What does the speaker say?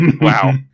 Wow